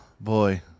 boy